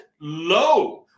low